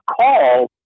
call